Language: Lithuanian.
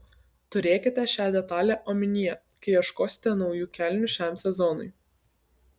turėkite šią detalę omenyje kai ieškosite naujų kelnių šiam sezonui